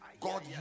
god